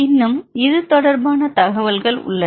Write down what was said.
இன்னும் இது தொடர்பான தகவல்கள் உள்ளன